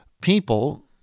people